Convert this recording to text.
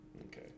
Okay